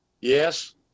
Yes